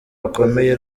rukomeye